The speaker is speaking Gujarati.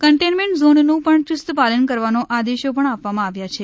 કન્ટેન્ટમેન્ટ ઝોનનું પણ યૂસ્તપાલન કરવાના આદેશો પણ આપવામાં આવ્યા છે